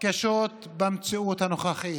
קשות במציאות הנוכחית.